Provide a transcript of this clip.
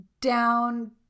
down